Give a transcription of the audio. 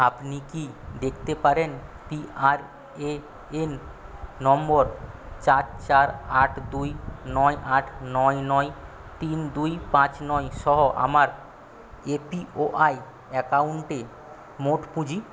আপনি কি দেখতে পারেন পি আর এ এন নম্বর চার চার আট দুই নয় আট নয় নয় তিন দুই পাঁচ নয় সহ আমার এ পি ওয়াই অ্যাকাউন্টে মোট পুঁজি